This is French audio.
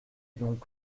donc